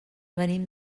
venim